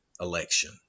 election